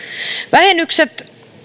vähennykset